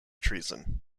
treason